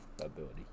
ability